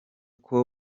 kandi